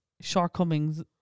shortcomings